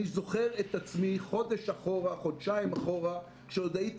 אני זוכר את עצמי חודש אחורה כשעוד הייתי